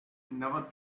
never